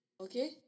Okay